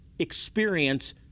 experience